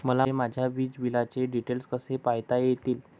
मला माझ्या वीजबिलाचे डिटेल्स कसे पाहता येतील?